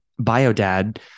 BioDad